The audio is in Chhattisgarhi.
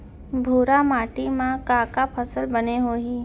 भूरा माटी मा का का फसल बने होही?